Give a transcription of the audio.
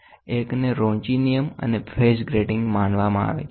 એકને Ronchi નિયમ અને ફેઝ ગ્રેટીંગ માનવામાં આવે છે